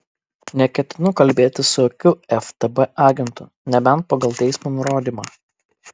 neketinu kalbėtis su jokiu ftb agentu nebent pagal teismo nurodymą